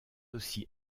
aussi